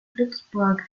glücksburg